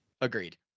Agreed